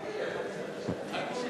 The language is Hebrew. חוק שירות הציבור (הגבלות לאחר פרישה) (תיקון מס'